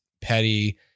petty